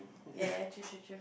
ya ya true true true